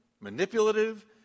manipulative